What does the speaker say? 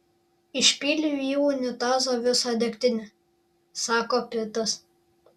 išpyliau į unitazą visą degtinę sako pitas